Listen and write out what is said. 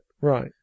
Right